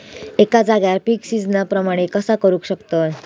एका जाग्यार पीक सिजना प्रमाणे कसा करुक शकतय?